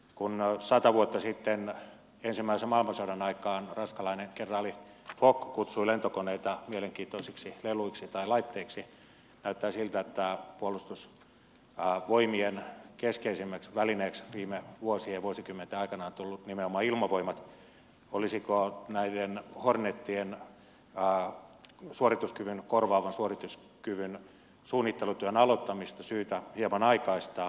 kun sata vuotta sitten ensimmäisen maailmansodan aikaan ranskalainen kenraali foch kutsui lentokoneita mielenkiintoisiksi leluiksi tai laitteiksi ja näyttää siltä että puolustusvoimien keskeisimmäksi välineeksi viime vuosien ja vuosikymmenten aikana on tullut nimenomaan ilmavoimat olisiko horneteja korvaavan suorituskyvyn suunnittelutyön aloittamista syytä hieman aikaistaa